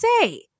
say